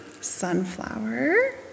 sunflower